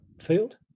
field